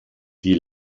die